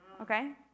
Okay